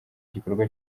igikorwa